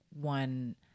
one